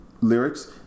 lyrics